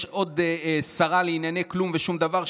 יש עוד שרה לענייני כלום ושום דבר,